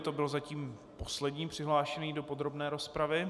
To byl zatím poslední přihlášený do podrobné rozpravy.